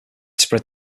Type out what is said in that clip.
spread